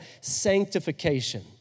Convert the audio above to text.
sanctification